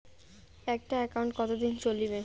একটা একাউন্ট কতদিন চলিবে?